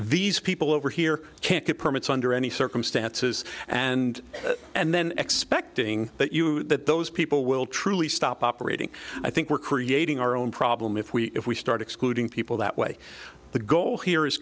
these people over here can't get permits under any circumstances and and then expecting that you that those people will truly stop operating i think we're creating our own problem if we if we start excluding people that way the goal here is